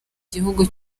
gihugu